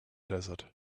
desert